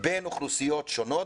בין אוכלוסיות שונות,